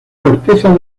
corteza